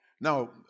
Now